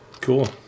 Cool